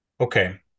Okay